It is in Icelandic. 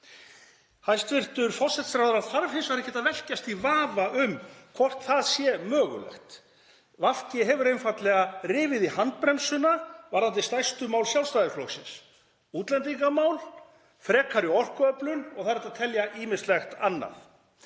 Hæstv. forsætisráðherra þarf hins vegar ekkert að velkjast í vafa um hvort það sé mögulegt. VG hefur einfaldlega rifið í handbremsuna varðandi stærstu mál Sjálfstæðisflokksins; útlendingamál, frekari orkuöflun og það er hægt að telja ýmislegt annað.